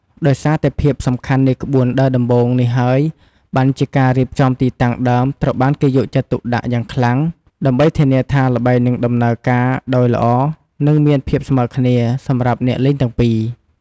ដោយសារតែភាពសំខាន់នៃក្បួនដើរដំបូង នេះហើយបានជាការរៀបចំទីតាំងដើមត្រូវបានគេយកចិត្តទុកដាក់យ៉ាងខ្លាំង ដើម្បីធានាថាល្បែងនឹងដំណើរការដោយល្អ និងមានភាពស្មើរគ្នា សម្រាប់អ្នកលេងទាំងពីរ។